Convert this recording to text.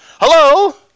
Hello